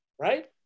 right